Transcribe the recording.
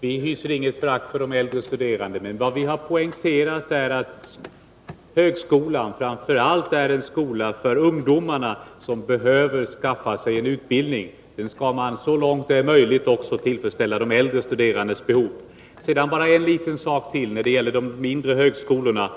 Vi hyser inget förakt för de äldrestuderande. Vad vi har poängterat där är att högskolan framför allt är en skola för ungdomarna som behöver skaffa sig en utbildning. Högskolan skall så långt möjligt tillfredsställa även de äldrestuderandes behov. Sedan bara en liten sak till när det gäller de mindre högskolorna.